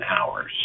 hours